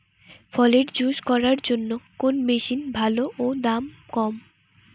ফলের জুস করার জন্য কোন মেশিন ভালো ও দাম কম?